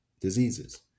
diseases